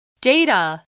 Data